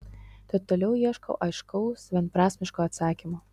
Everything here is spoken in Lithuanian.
tad toliau ieškau aiškaus vienprasmiško atsakymo